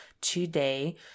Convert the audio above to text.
today